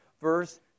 verse